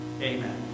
amen